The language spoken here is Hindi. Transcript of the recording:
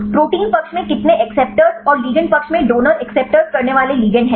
प्रोटीन पक्ष में कितने एक्सेस्टर और लिगैंड पक्ष में डोनर एक्सेस्टर करने वाले लिगेंड हैं